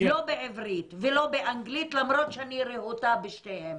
לא בעברית ולא באנגלית, למרות שאני רהוטה בשתיהן.